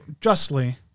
justly